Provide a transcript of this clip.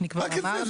רק את זה.